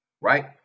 right